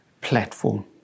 platform